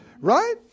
right